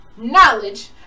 knowledge